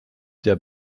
der